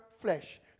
flesh